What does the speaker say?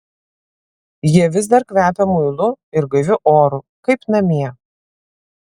jie vis dar kvepia muilu ir gaiviu oru kaip namie